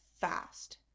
fast